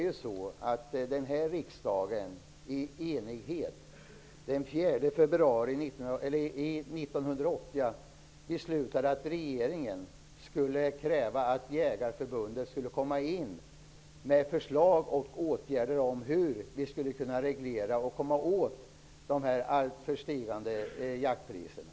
Riksdagen beslutade i enighet, den 4 februari 1988, att regeringen skulle kräva att Jägareförbundet skulle komma med förslag om åtgärder för hur det skulle kunna reglera och komma åt de stigande jaktpriserna.